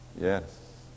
Yes